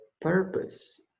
purpose